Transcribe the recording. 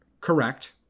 Correct